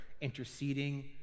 interceding